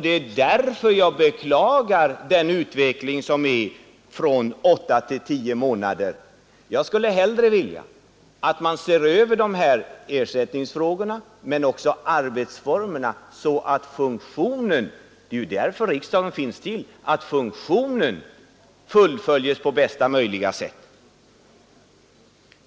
Det är därför jag beklagar utvidgningen från åtta till tio månader. Jag skulle hellre vilja att man visserligen ser över de här ersättningsfrågorna men också tänker igenom arbetsformerna, så att funktionen — det är ju därför riksdagen finns till — kan fyllas på bästa möjliga sätt.